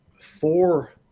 four